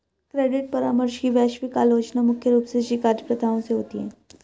credit परामर्श की वैश्विक आलोचना मुख्य रूप से शिकारी प्रथाओं से होती है